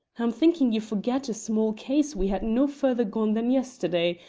i'm thinking ye forget a small case we had no further gone than yesterday,